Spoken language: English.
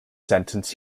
sentence